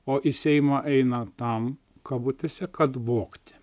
o į seimą eina tam kabutėse kad vogti